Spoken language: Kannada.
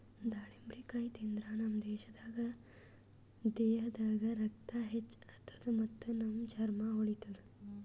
ದಾಳಿಂಬರಕಾಯಿ ತಿಂದ್ರ್ ನಮ್ ದೇಹದಾಗ್ ರಕ್ತ ಹೆಚ್ಚ್ ಆತದ್ ಮತ್ತ್ ನಮ್ ಚರ್ಮಾ ಹೊಳಿತದ್